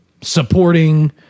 supporting